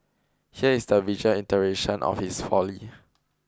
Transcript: here is the visual iteration of his folly